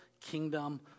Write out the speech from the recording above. kingdom